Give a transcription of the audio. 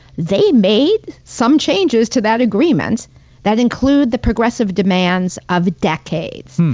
they made some changes to that agreement that include the progressive demands of decades.